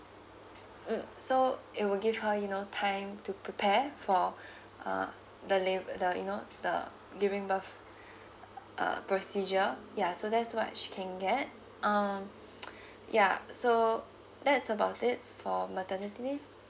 mm so it will give her you know time to prepare for uh the lab~ the you know the giving birth err procedure ya so that's what she can get um ya so that's about it for maternity leave